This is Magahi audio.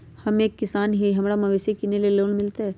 हम एक किसान हिए हमरा मवेसी किनैले लोन मिलतै?